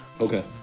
Okay